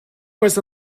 was